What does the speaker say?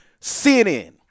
CNN